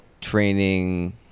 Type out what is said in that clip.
training